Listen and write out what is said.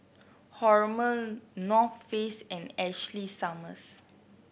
Hormel North Face and Ashley Summers